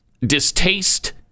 distaste